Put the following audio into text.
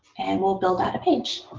and we'll build out a page.